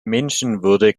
menschenwürde